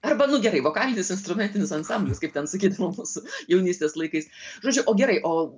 arba nu gerai vokalinis instrumentinis ansamblis kaip ten sakyda mūsų jaunystės laikais žodžiu o gerai o